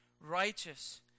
righteous